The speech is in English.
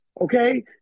Okay